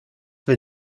will